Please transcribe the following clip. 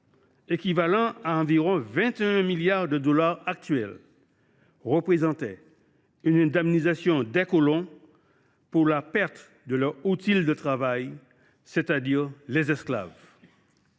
équivalant à environ 21 milliards de dollars actuels, représentait à l’époque une indemnisation des colons pour la perte de leur outil de travail, autrement dit les esclaves.